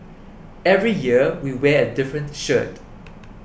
every year we wear a different shirt